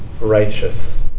righteous